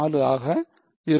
4 ஆக இருக்கும்